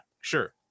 sure